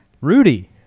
Rudy